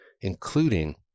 including